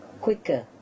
quicker